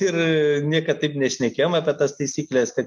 ir niekad taip nešnekėjom apie tas taisykles kad